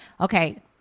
Okay